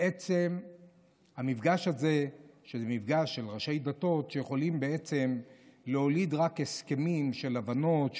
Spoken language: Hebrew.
ובעצם המפגש הזה של ראשי דתות יכול להוליד רק הסכמים של הבנות,